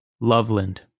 Loveland